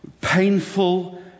painful